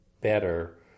better